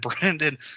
Brandon